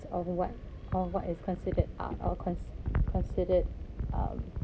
of what of what is considered uh are uh cons~ considered um